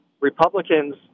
Republicans